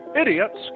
idiots